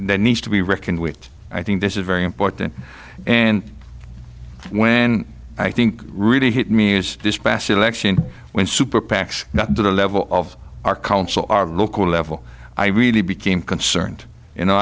record needs to be reckoned with i think this is very important and when i think really hit me is this past election when super pacs not to the level of our council our local level i really became concerned you know